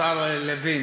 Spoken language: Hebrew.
השר לוין,